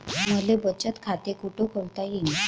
मले बचत खाते कुठ खोलता येईन?